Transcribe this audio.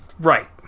Right